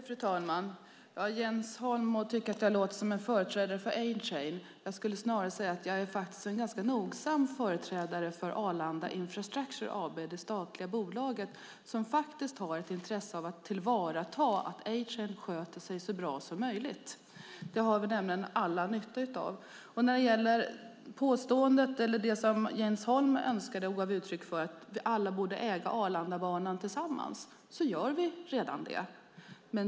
Fru talman! Jens Holm må tycka att jag låter som en företrädare för A-Train. Men jag skulle snarare säga att jag är en ganska nogsam företrädare för Arlanda Infrastructure AB, det statliga bolag som har ett intresse av att tillvarata att A-Train sköter sig så bra som möjligt. Det har vi alla nytta av. När det gäller det som Jens Holm önskar och ger uttryck för - att vi alla tillsammans borde äga Arlandabanan - kan jag säga att vi redan gör det.